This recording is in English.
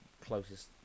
closest